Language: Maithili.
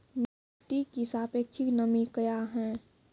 मिटी की सापेक्षिक नमी कया हैं?